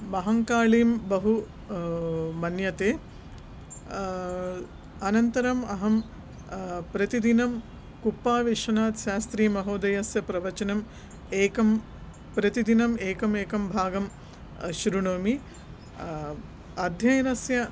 महङ्काळिं बहु मन्यते अनन्तरम् अहं प्रतिदिनं कुप्पाविश्वनात् शास्त्रि महोदयस्य प्रवचनम् एकं प्रतिदिनं एकम् एकं भागं शृणोमि अध्ययनस्य